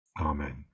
Amen